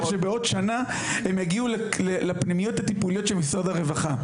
שבעוד שנה הם יגיעו לפנימיות הטיפוליות של משרד הרווחה.